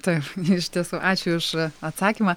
taip iš tiesų ačiū už atsakymą